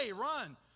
Run